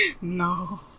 No